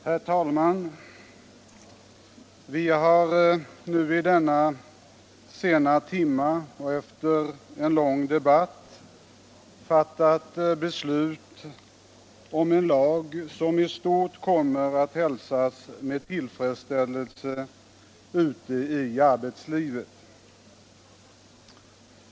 Herr talman! Vi har i denna sena timme och efter en lång debatt fattat beslut om en lag som i stort kommer att hälsas med tillfredsställelse ute i arbetslivet.